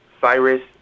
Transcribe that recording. Cyrus